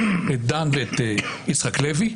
את דן ואת יצחק לוי.